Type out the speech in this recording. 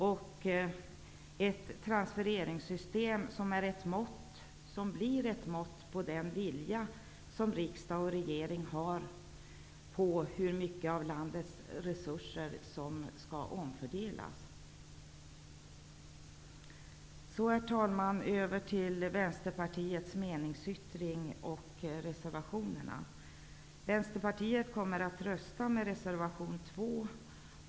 Det skulle vara ett transfereringssystem som blir ett mått på hur mycket av landets resurser riksdag och regering vill omfördela. Så, herr talman, vill jag tala om Vänsterpartiets meningsyttring och reservationerna. Vänsterpartiet kommer att rösta för reservation 2.